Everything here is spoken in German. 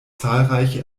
zahlreiche